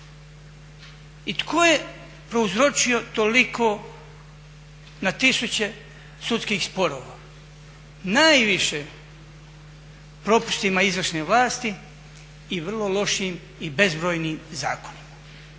I tko je prouzročio toliko na tisuće sudskih sporova? Najviše propustima izvršne vlasti i vrlo lošim i bezbrojnim zakonima.